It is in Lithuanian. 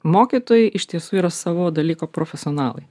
mokytojai iš tiesų yra savo dalyko profesionalai